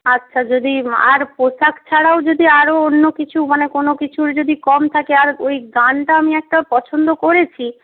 আচ্ছা যদি আর পোশাক ছাড়াও যদি আরও অন্য কিছু মানে কোনো কিছু যদি কম থাকে আর ওই গানটা আমি একটা পছন্দ করেছি